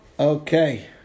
Okay